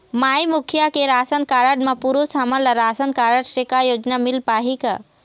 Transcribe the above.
माई मुखिया के ration card म पुरुष हमन ला रासनकारड से का योजना मिल पाही का?